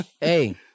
Hey